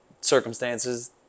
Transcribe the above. circumstances